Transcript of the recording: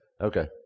okay